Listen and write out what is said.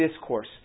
Discourse